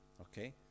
okay